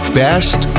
best